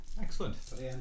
excellent